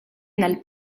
nel